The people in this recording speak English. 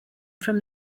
from